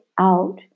out